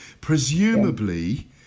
Presumably